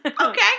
Okay